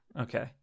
Okay